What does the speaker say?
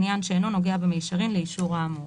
בעניין שאינו נוגע במישרין לאישור האמור."